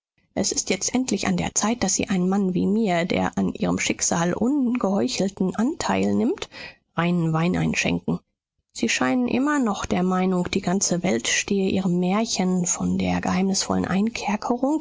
es ist jetzt endlich an der zeit daß sie einem mann wie mir der an ihrem schicksal ungeheuchelten anteil nimmt reinen wein einschenken sie scheinen immer noch der meinung die ganze welt stehe ihrem märchen von der geheimnisvollen